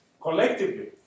Collectively